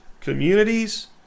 communities